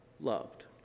loved